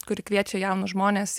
kuri kviečia jaunus žmones